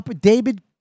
David